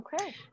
Okay